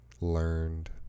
learned